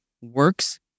works